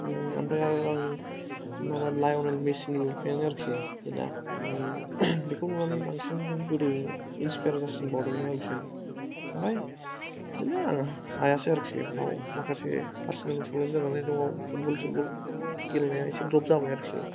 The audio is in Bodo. ओमफ्राय आरो आं माबा लाइयनेल मेसिनिबो फेन आरोखि बेखौ नुना बांसिन गोदो इन्सपाइर जासिनबावदोंमोन आरोखि ओमफाय बिदिनो आरो हायासै आरोखि माखासे पारसनेल प्रब्लेम जानानै उनाव फुटबल सुलबल गेलेनाया इसे द्रप जाबाय आरोखि